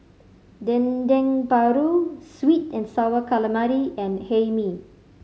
Dendeng Paru sweet and Sour Calamari and Hae Mee